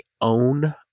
own